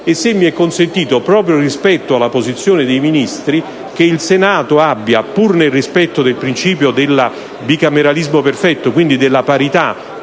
E se mi è consentito, proprio rispetto alla posizione dei Ministri, che il Senato abbia, pur nel rispetto del principio del bicameralismo perfetto e quindi della parità